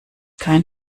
kein